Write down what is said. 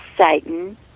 Satan